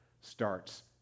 starts